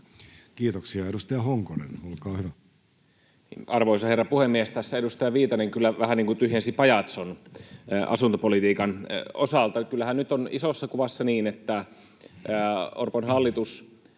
laeiksi Time: 15:11 Content: Arvoisa herra puhemies! Tässä edustaja Viitanen kyllä vähän niin kuin tyhjensi pajatson asuntopolitiikan osalta. Kyllähän nyt on isossa kuvassa niin, että Orpon hallitus